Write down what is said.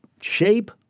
shape